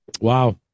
Wow